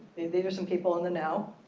these are some people in the know.